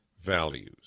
values